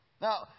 Now